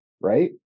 right